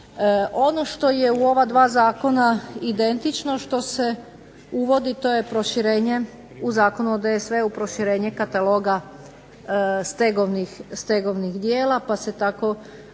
Ono što je u ova dva zakona identično što se uvodi to je proširenje, u Zakonu o DSV-u proširenje kataloga stegovnih djela, pa se tako uvodi